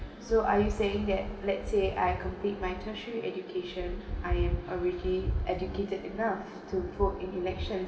so are you saying that let's say I complete my tertiary education I am already educated enough to vote in elections